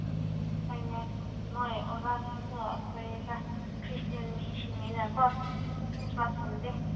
ꯍꯣꯏꯅꯦ ꯅꯣꯏ ꯑꯣꯖꯥꯁꯤꯡꯁꯨ ꯀꯔꯤ ꯍꯥꯏꯁꯤꯔꯥ ꯈ꯭ꯔꯤꯁꯇꯦꯟ ꯃꯤꯁꯤꯡꯅꯤꯅꯀꯣ ꯈ꯭ꯔꯤꯁꯃꯥꯁ ꯀꯨꯝꯕꯗꯤ